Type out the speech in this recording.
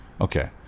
Okay